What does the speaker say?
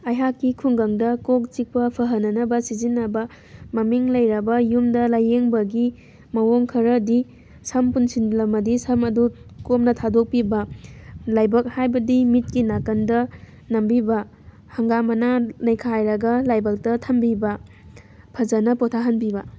ꯑꯩꯍꯥꯛꯀꯤ ꯈꯨꯡꯒꯪꯗ ꯀꯣꯛ ꯆꯤꯛꯄ ꯐꯍꯅꯅꯕ ꯁꯤꯖꯤꯟꯅꯕ ꯃꯃꯤꯡ ꯂꯩꯔꯕ ꯌꯨꯝꯗ ꯂꯥꯏꯌꯦꯡꯕꯒꯤ ꯃꯑꯣꯡ ꯈꯔꯗꯤ ꯁꯝ ꯄꯨꯟꯁꯤꯟꯂꯝꯃꯗꯤ ꯁꯝ ꯑꯗꯨ ꯀꯣꯝꯅ ꯊꯥꯗꯣꯛꯄꯤꯕ ꯂꯥꯏꯕꯛ ꯍꯥꯏꯕꯗꯤ ꯃꯤꯠꯀꯤ ꯅꯥꯀꯟꯗ ꯅꯝꯕꯤꯕ ꯍꯪꯒꯥꯝ ꯃꯅꯥ ꯅꯩꯈꯥꯏꯔꯒ ꯂꯥꯏꯕꯛꯇ ꯊꯝꯕꯤꯕ ꯐꯖꯅ ꯄꯣꯊꯥ ꯍꯟꯕꯤꯕ